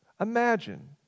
Imagine